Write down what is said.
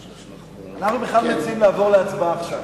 אנחנו בכלל מציעים לעבור להצבעה עכשיו.